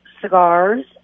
cigars